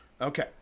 Okay